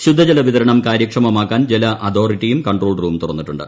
ശുദ്ധജല വിതരണം കാര്യക്ഷമമാക്കാൻ ജല അതോറിറ്റിയും കൺട്രോൾ റൂം തുറന്നിട്ടുണ്ട്